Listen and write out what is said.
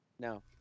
No